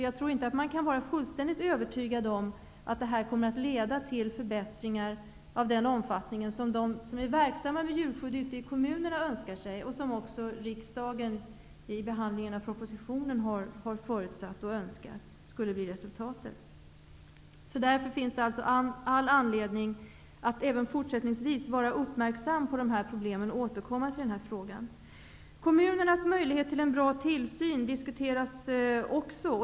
Jag tror inte att man kan vara fullständigt övertygad om att detta kommer att leda till förbättringar av den omfattningen som de som är verksammma i djurskydd ute i kommunerna önskar, och som också riksdagen vid behandlingen av propositionen har förutsatt och önskat skulle bli resultatet. Det finns därför all anledning att även fortsättningsvis vara uppmärksam på dessa problem och återkomma till denna fråga. Kommunernas möjlighet till en bra tillsyn diskuteras också.